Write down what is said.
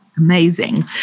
Amazing